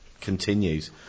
continues